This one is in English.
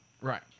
Right